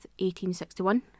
1861